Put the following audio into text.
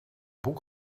boek